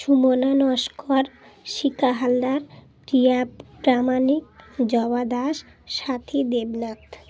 Sumana Naskar Shikha Haldar Priya Pramanik Joba Das Sathi Debnath